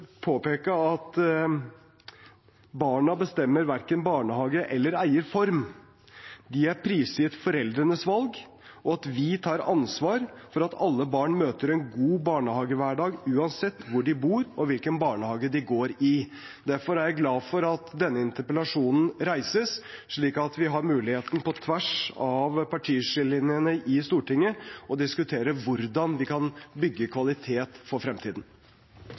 påpeke at barna bestemmer verken barnehage eller eierform. De er prisgitt foreldrenes valg, og at vi tar ansvar for at alle barn møter en god barnehagehverdag, uansett hvor de bor og hvilken barnehage de går i. Derfor er jeg glad for at denne interpellasjonen reises, slik at vi har mulighet – på tvers av partiskillelinjene på Stortinget – til å diskutere hvordan vi kan bygge kvalitet for fremtiden.